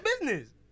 business